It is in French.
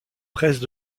presses